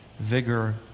Vigor